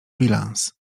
bilans